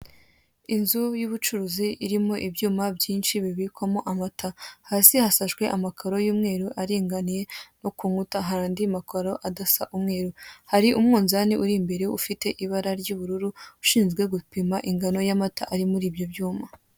Inzu y'ubucuruzi irimo ibyuma byinshi bibikwamo amata hasi hasashwe amakaro y'umweru aringaniye no ku nkuta hari andi makaro adasa umweru, hari umunzane uri imbere ufite ibara ry'ubururu ushinzwe gupima ingano y'amata ari muri ibyo byuma.